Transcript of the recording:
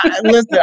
Listen